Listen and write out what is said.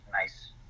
nice